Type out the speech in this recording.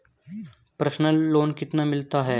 Personal loan कितना मिलता है?